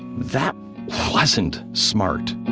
that wasn't smart